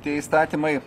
tie įstatymai